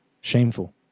Shameful